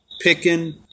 picking